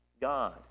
God